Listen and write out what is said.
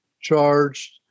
charged